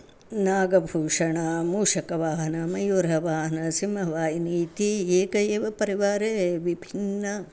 नागभूषणं मूषकवाहनमयूरवाहनसिंहवाहिनी इति एकम् एव परिवारे विभिन्नाः